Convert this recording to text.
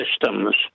systems